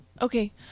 Okay